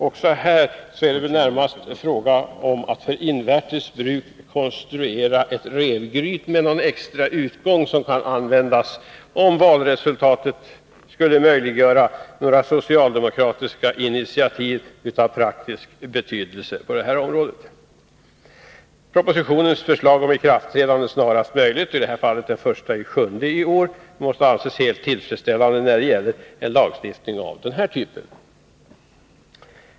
Också här är det närmast fråga om att för ”invärtes bruk” konstruera ett rävgryt med en extra utgång som kan användas om valresultatet skulle möjliggöra några socialdemokratiska initiativ av praktisk betydelse på området. Propositionens förslag om i kraftträdande snarast möjligt, dvs. i detta fall den 1 juli i år, måste anses helt tillfredsställande när det gäller en lagstiftning av den här typen.